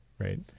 Right